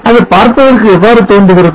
அது பார்ப்பதற்கு எவ்வாறு தோன்றுகிறது